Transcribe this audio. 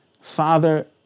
Father